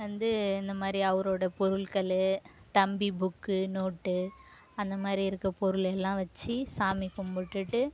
வந்து இந்த மாதிரி அவரோட பொருள்களு தம்பி புக் நோட் அந்த மாதிரி இருக்க பொருள் எல்லாம் வச்சி சாமி கும்பிட்டுட்டு